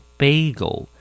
bagel